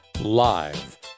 live